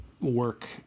work